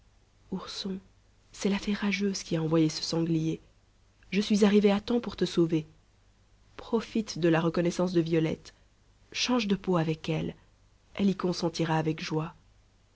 ourson c'est la fée rageuse qui a envoyé ce sanglier je suis arrivée à temps pour te sauver profite de la reconnaissance de violette change de peau avec elle elle y consentira avec joie